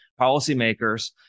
policymakers